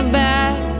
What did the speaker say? back